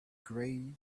gray